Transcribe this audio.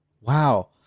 Wow